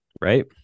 Right